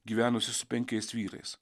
gyvenusi su penkiais vyrais